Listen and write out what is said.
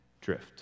drift